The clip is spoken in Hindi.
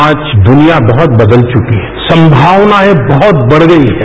आज दुनिया बहुत बदल चुकी है संभावनायें बहुत बढ़ गई हैं